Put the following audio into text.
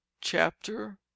chapter